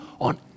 On